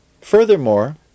Furthermore